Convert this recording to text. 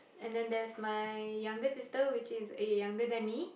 and there is my younger sister which is younger than me